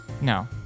No